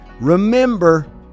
remember